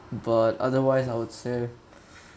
but otherwise I would say